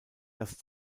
das